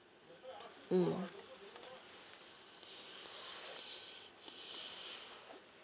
mm